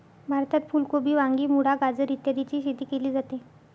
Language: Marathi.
भारतात फुल कोबी, वांगी, मुळा, गाजर इत्यादीची शेती केली जाते